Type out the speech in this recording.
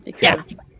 Yes